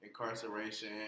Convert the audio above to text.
incarceration